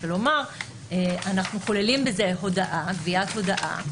לומר שאנחנו כוללים בזה גביית הודעה,